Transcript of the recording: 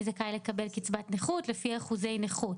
זכאי לקבל קצבת נכות לפי אחוזי נכות.